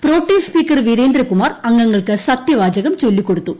pro tem speaker Veerendrakumar അംഗങ്ങൾക്ക് സത്യവാചകം ചൊല്ലിക്കൊടുത്തു